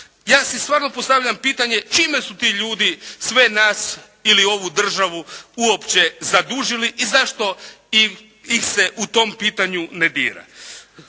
Ja si stvarno postavljam pitanje čime su ti ljudi sve nas ili ovu državu uopće zadužili i zašto ih se u tom pitanju ne dira?